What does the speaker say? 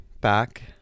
back